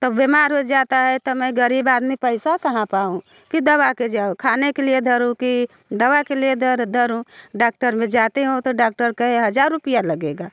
तब बीमार हो जाते हैं तो मैं ग़रीब आदमी पैसा कहाँ पाऊँ कि दवा को जाऊँ खाने के लिए धरूँ कि दवा के लिए धर धरूँ डाक्टर में जाती हूँ तो डाक्टर कहें हज़ार रूपये लगेगा